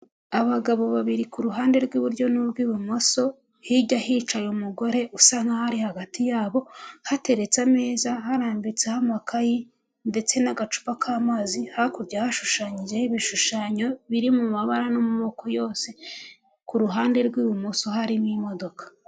Abagabo babiri ku ruhande rw'iburyo n'urw'ibumoso, hijya hicaye umugore usa nk'aho hari hagati yabo, hateretse ameza harambitseho amakayi ndetse n'agacupa k'amazi, hakurya hashushanyijeho ibishushanyo biri mu mabara no mu moko yose, ku ruhande rw'ibumoso harimo imodoka.